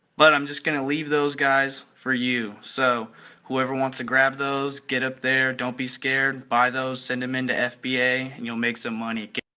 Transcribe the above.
but i'm just going to leave those guys for you, so whoever wants to grab those, get up there, don't be scared. buy those send them into fba and you'll make some money.